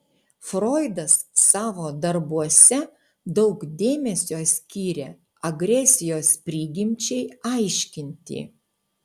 froidas savo darbuose daug dėmesio skiria agresijos prigimčiai aiškinti